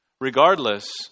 Regardless